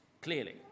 clearly